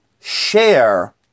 share